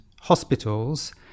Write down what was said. hospitals